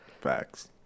Facts